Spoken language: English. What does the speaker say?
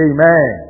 Amen